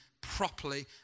properly